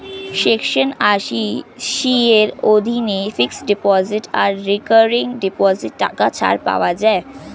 section আশি C এর অধীনে ফিক্সড ডিপোজিট আর রেকারিং ডিপোজিটে টাকা ছাড় পাওয়া যায়